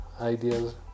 ideas